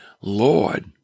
Lord